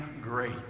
great